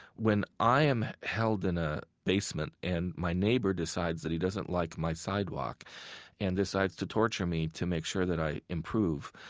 when i am held in a basement and my neighbor decides that he doesn't like my sidewalk and decides to torture me to make sure that i improve,